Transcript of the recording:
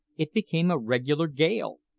it became a regular gale.